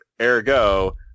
Ergo